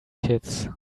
kids